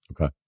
Okay